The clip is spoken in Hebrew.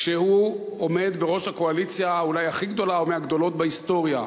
כשהוא עומד בראש הקואליציה אולי הכי גדולה או מהגדולות בהיסטוריה,